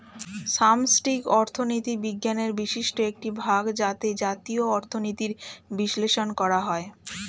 সামষ্টিক অর্থনীতি বিজ্ঞানের বিশিষ্ট একটি ভাগ যাতে জাতীয় অর্থনীতির বিশ্লেষণ করা হয়